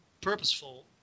purposeful